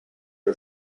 are